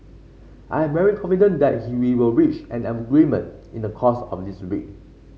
I am very confident that he will reach an agreement in the course of this week